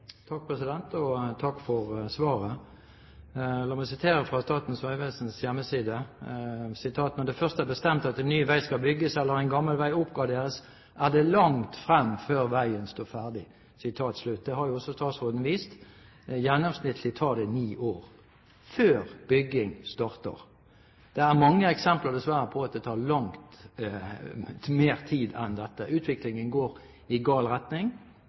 Takk for svaret. La meg sitere fra Statens vegvesens hjemmeside: «Når det først er bestemt at en ny vei skal bygges eller gammel vei oppgraderes, er det fortsatt langt frem før veien står ferdig.» Det har jo også statsråden vist. Gjennomsnittlig tar det ni år før bygging starter. Det er dessverre mange eksempler på at det tar mer tid enn dette. Utviklingen går i gal retning.